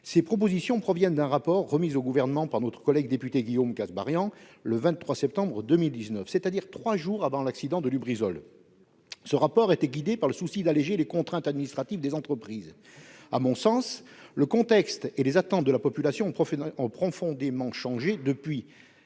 Ces propositions proviennent d'un rapport remis au Gouvernement par notre collègue député Guillaume Kasbarian le 23 septembre 2019, c'est-à-dire trois jours avant l'accident de l'usine Lubrizol. Ce rapport était guidé par le souci d'alléger les contraintes administratives des entreprises. À mon sens, le contexte et les attentes de la population ont profondément changé depuis :